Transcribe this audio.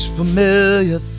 familiar